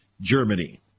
Germany